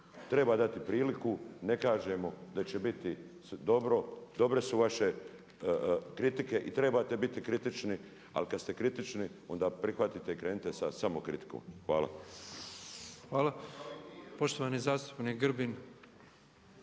treba dati priliku, ne kažem da će biti dobro, dobre su vaše kritike i trebate biti kritični ali kada ste kritični onda prihvatite i krenite sa samokritikom. Hvala. **Petrov, Božo (MOST)** Hvala. Poštovani zastupnik Grbin.